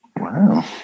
Wow